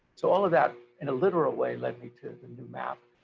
so all of that in a literal way led me to the new map.